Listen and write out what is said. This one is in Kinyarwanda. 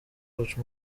watch